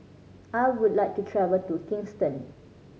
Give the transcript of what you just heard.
I would like to travel to Kingston